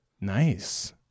Nice